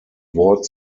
wort